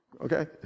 Okay